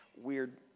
weird